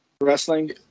Wrestling